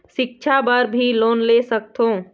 सिक्छा बर भी लोन ले सकथों?